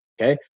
okay